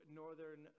northern